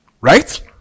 Right